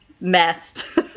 messed